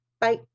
bye